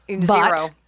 Zero